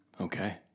Okay